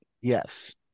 Yes